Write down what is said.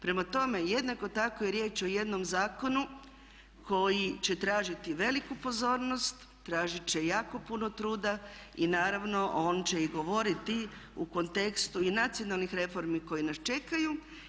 Prema tome, jednako tako je riječ o jednom zakonu koji će tražiti veliku pozornost, tražiti će jako puno truda i naravno on će i govoriti u kontekstu i nacionalnih reformi koje nas čekaju.